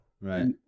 right